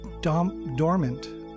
dormant